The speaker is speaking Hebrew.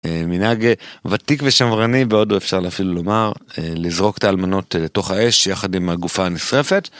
אה, מנהג אה... ותיק ושמרני ועוד לא אפשר אפילו לומר, אה... לזרוק את האלמנות אה... לתוך האש יחד עם הגופה הנשרפת,